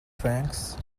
francs